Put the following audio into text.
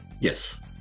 Yes